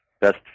best